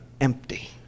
empty